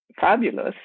fabulous